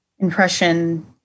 impression